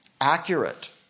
accurate